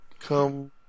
Come